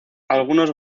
algunos